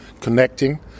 connecting